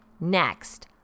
Next